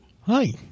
Hi